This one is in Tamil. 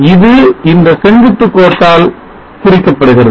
இது இந்த செங்குத்து கோட்டால் குறிக்கப்படுகிறது